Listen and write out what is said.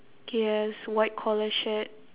he has white collar shirt